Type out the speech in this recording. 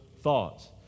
thoughts